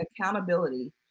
accountability